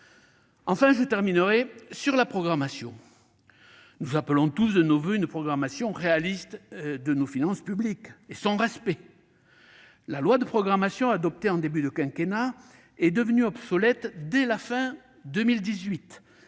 sur la question de la programmation. Nous appelons tous de nos voeux une programmation réaliste de nos finances publiques et le respect de ce principe. La loi de programmation adoptée en début de quinquennat est devenue obsolète dès la fin de